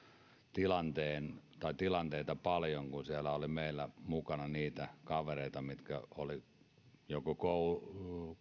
tilanteen tai paljon tilanteita kun siellä oli meillä mukana niitä kavereita jotka olivat joko